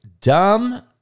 dumb